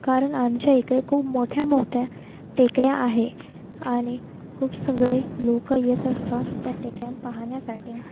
कारण आमच्याइकडे खूप मोठ्या मोठ्या टेकड्या आहे आणि खूप सगळे लोक येतच असतात टेकड्या पाहण्यासाठी